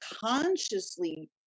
consciously